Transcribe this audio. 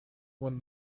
when